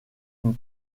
une